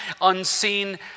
unseen